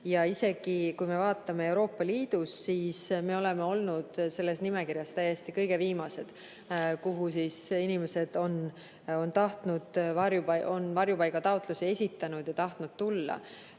Isegi kui me vaatame Euroopa Liitu, siis me oleme olnud selles nimekirjas täiesti kõige viimased, kuhu inimesed on tahtnud tulla ja varjupaigataotlusi esitanud. Ühest